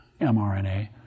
mRNA